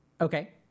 Okay